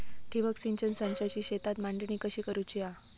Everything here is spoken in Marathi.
ठिबक सिंचन संचाची शेतात मांडणी कशी करुची हा?